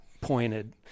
pointed